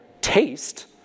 taste